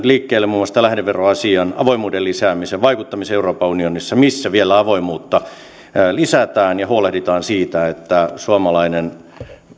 liikkeelle muun muassa tämän lähdeveroasian avoimuuden lisäämisen vaikuttamisen euroopan unionissa niin että vielä avoimuutta lisätään ja huolehditaan siitä että suomalainen